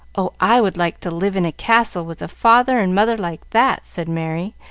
oh, i would like to live in a castle with a father and mother like that, said merry,